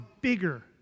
bigger